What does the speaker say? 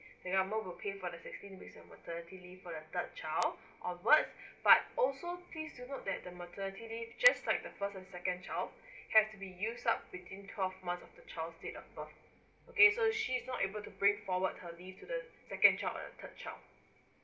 the government will pay for the sixteen week of maternity leave for the third child onward but also please to note that the maternity leave just like the first and second child has to be used up within twelve months of the child's date of birth okay so she's not able to bring forward her leave to the second child or the third child